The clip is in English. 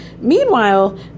Meanwhile